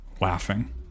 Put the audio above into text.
laughing